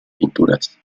pinturas